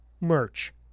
merch